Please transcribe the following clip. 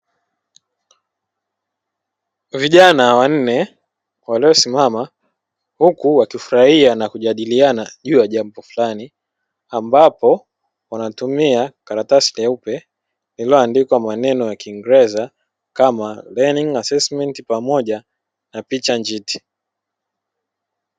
Vijana wanne waliosimama huku wakifurahia na kujadiliana juu ya jambo fulani, ambapo wanatumia karatasi nyeupe iliyoandikwa maneno ya kiingereza kama "learning assessment" pamoja na picha njiti.